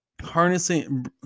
harnessing